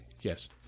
yes